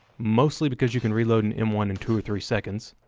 mostly because you can reload an m one in two or three seconds.